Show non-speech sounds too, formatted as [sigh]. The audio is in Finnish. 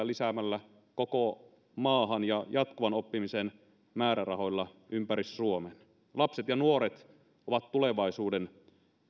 [unintelligible] lisäämällä koko maahan korkeakoulujen aloituspaikkoja ja jatkuvan oppimisen määrärahoja ympäri suomen lapset ja nuoret ovat tulevaisuuden